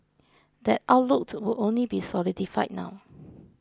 that outlook will only be solidified now